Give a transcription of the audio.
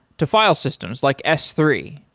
to file systems, like s three.